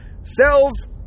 sells